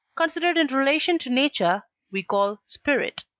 considered in relation to nature, we call spirit.